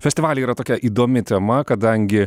festivaly yra tokia įdomi tema kadangi